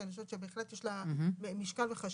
שאני חושבת שבהחלט יש לה משקל וחשיבות.